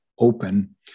open